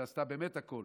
שבאמת עשתה הכול